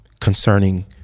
concerning